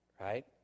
right